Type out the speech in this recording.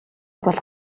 бол